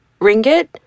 ringgit